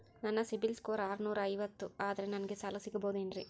ನನ್ನ CIBIL score ಆರನೂರ ಐವತ್ತು ಅದರೇ ನನಗೆ ಸಾಲ ಸಿಗಬಹುದೇನ್ರಿ?